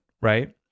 right